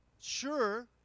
sure